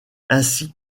ainsi